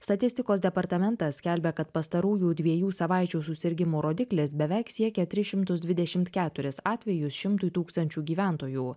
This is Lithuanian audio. statistikos departamentas skelbia kad pastarųjų dviejų savaičių susirgimo rodiklis beveik siekia tris šimtus dvidešimt keturis atvejus šimtui tūkstančių gyventojų